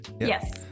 yes